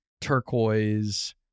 turquoise